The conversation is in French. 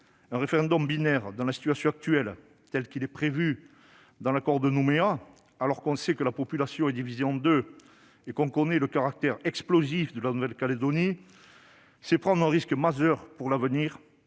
un référendum binaire dans la situation actuelle, tel qu'il est prévu dans l'accord de Nouméa, alors que l'on sait que la population est divisée en deux et que l'on connaît le caractère explosif de la Nouvelle-Calédonie, c'est prendre un risque majeur pour l'avenir